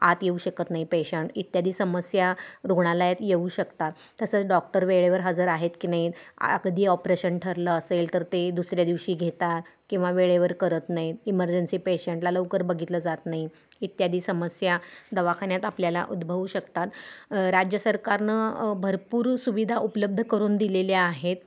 आत येऊ शकत नाही पेशंट इत्यादी समस्या रुग्णालयात येऊ शकतात तसंच डॉक्टर वेळेवर हजर आहेत की नाही कधी ऑपरेशन ठरलं असेल तर ते दुसऱ्या दिवशी घेतात किंवा वेळेवर करत नाही इमर्जन्सी पेशंटला लवकर बघितलं जात नाही इत्यादी समस्या दवाखान्यात आपल्याला उद्भवू शकतात राज्य सरकारनं भरपूर सुविधा उपलब्ध करून दिलेल्या आहेत